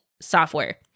software